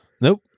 Nope